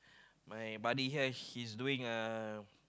my buddy here he's doing a